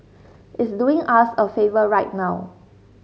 it's doing us a favour right now